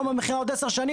מיום המכירה עוד עשר שנים,